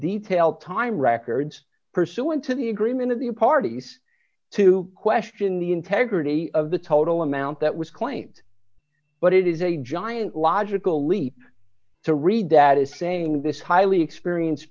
detail time records pursuant to the agreement of the parties to question the integrity of the total amount that was claimed but it is a giant logical leap to read that is saying this highly experience